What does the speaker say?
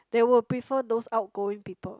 they will prefer those outgoing people